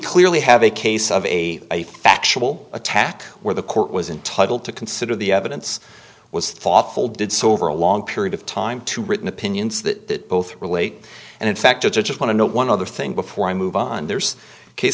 clearly have a case of a a factual attack where the court was entitled to consider the evidence was thoughtful did so over a long period of time to written opinions that both relate and in fact i just want to know one other thing before i move on there's case